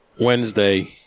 Wednesday